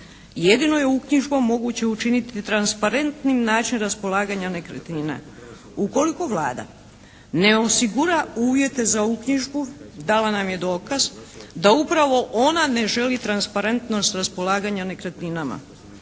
Jedino je uknjižbom moguće učiniti transparentnim način raspolaganja nekretnina. Ukoliko Vlada ne osigura uvjete za uknjižbu dala nam je dokaz da upravo ona ne želi transparentnost raspolaganja nekretninama.